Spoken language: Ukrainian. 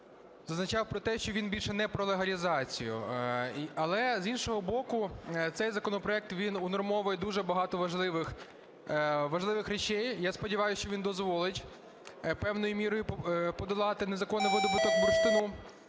зазначав про те, що він більше не про легалізацію. Але, з іншого боку, цей законопроект він унормовує дуже багато важливих речей. Я сподіваюся, що він дозволить певною мірою подолати незаконний видобуток бурштину.